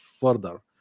further